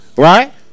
Right